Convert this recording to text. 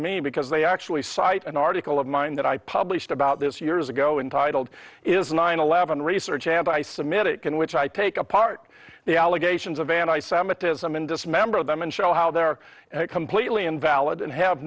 me because they actually cite an article of mine that i published about this years ago in titled is nine eleven research anti semitic in which i take apart the allegations of anti semitism and dismembered them and show how they're completely invalid and have